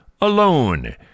alone